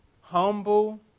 humble